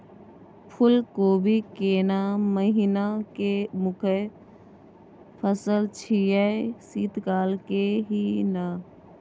फुल कोबी केना महिना के मुखय फसल छियै शीत काल के ही न?